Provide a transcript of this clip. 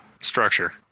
structure